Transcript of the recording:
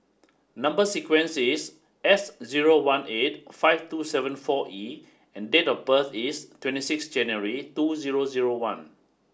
number sequence is S zero one eight five two seven four E and date of birth is twenty six January two zero zero one